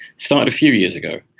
started a few years ago.